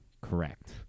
Correct